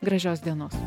gražios dienos